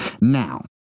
Now